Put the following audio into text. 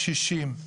קשישים,